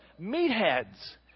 meatheads